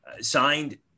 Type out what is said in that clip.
signed